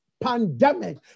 pandemic